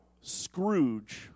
Scrooge